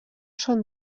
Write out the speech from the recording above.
són